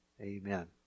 Amen